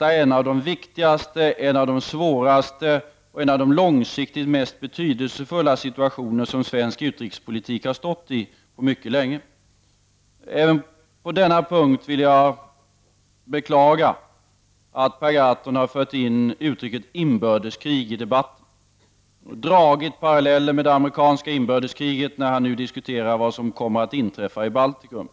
— en av de viktigaste, svåraste och långsiktigt mest betydelsefulla situationer som svensk utrikespolitik har stått i på mycket länge. Även på denna punkt vill jag beklaga att Per Gahrton har fört in uttrycket ”inbördeskrig” i debatten. Han har nu dragit paralleller med det amerikanska inbördeskriget när han diskuterat vad som kommer att inträffa i Baltikum.